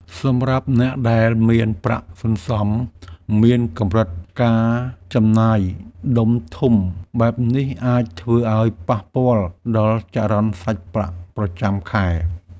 សម្រាប់អ្នកដែលមានប្រាក់សន្សំមានកម្រិតការចំណាយដុំធំបែបនេះអាចធ្វើឱ្យប៉ះពាល់ដល់ចរន្តសាច់ប្រាក់ប្រចាំខែ។